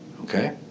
okay